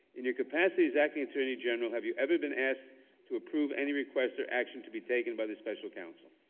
in your capacity as acting attorney general have you ever been asked to approve any requests or actions to be taken by the special counsel.